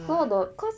so the cause